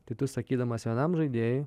tai tu sakydamas vienam žaidėjui